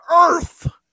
Earth